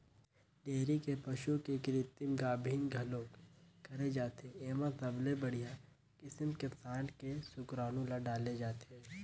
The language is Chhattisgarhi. डेयरी के पसू के कृतिम गाभिन घलोक करे जाथे, एमा सबले बड़िहा किसम के सांड के सुकरानू ल डाले जाथे